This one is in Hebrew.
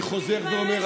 אני חוזר ואומר,